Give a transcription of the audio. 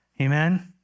Amen